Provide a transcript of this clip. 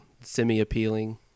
semi-appealing